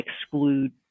exclude